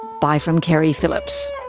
bye from keri phillips